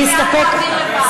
אנחנו בעד להעביר לוועדה.